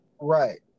right